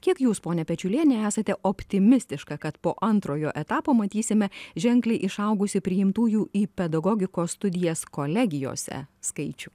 kiek jūs pone pečiuliene esate optimistiška kad po antrojo etapo matysime ženkliai išaugusį priimtųjų į pedagogikos studijas kolegijose skaičių